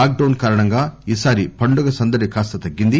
lock డౌ న్ కారణంగా ఈ సారి పండగ సందడి కాస్త తగ్గింది